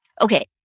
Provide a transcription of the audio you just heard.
Okay